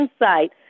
insight